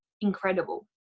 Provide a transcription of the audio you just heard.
incredible